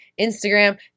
Instagram